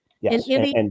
Yes